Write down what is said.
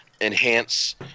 enhance